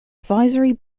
advisory